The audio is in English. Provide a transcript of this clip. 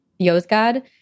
Yozgad